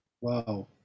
wow